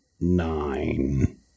nine